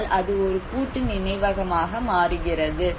அதனால் அது ஒரு கூட்டு நினைவகமாக மாறுகிறது